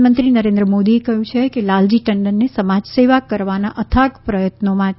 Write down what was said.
પ્રધાનમંત્રી નરેન્દ્ર મોદીએ કહ્યું છે કે લાલજી ટંડનને સમાજસેવા કરવાના અથાગ પ્રયત્નો માટે યાદ કરવામાં આવશે